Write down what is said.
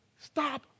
stop